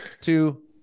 two